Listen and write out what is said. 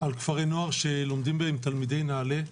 על כפרי נוער שלומדים בהם תלמידי נעל"ה.